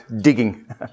digging